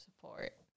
support